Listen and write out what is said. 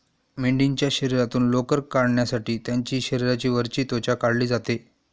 मेंढीच्या शरीरातून लोकर काढण्यासाठी त्यांची शरीराची वरची त्वचा काढली जाते